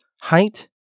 Height